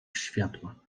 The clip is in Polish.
światła